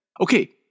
Okay